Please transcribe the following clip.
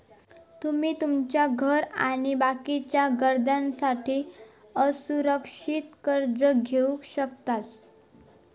तुमी तुमच्या घर आणि बाकीच्या गरजांसाठी असुरक्षित कर्ज घेवक शकतास